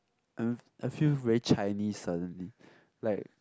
I'm I feel very Chinese suddenly like